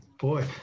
boy